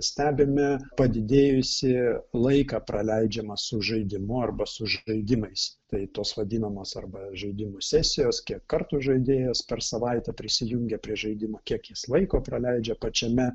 stebime padidėjusį laiką praleidžiamą su žaidimu arba su žaidimais tai tos vadinamos arba žaidimų sesijos kiek kartų žaidėjas per savaitę prisijungia prie žaidimo kiek jis laiko praleidžia pačiame